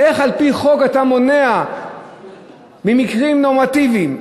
איך על-פי חוק אתה מונע זאת במקרים נורמטיביים?